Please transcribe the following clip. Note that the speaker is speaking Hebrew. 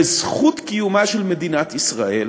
זכות קיומה של מדינת ישראל